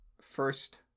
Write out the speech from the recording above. First